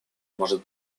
может